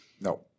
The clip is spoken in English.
No